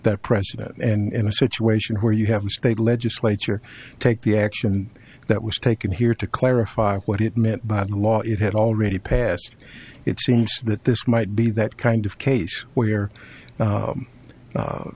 that precedent and a situation where you have to speak legislature take the action that was taken here to clarify what it meant by law it had already passed it seems that this might be that kind of case where